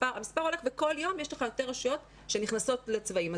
כל יום יש לך יותר רשויות שנכנסות לצבעים.